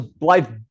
life